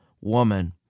woman